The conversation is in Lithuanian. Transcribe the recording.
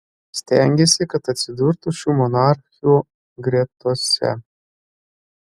stengėsi kad atsidurtų šių monarchių gretose